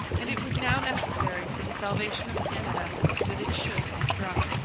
and it was now necessary for the salvation of canada that it should be struck.